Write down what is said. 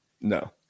No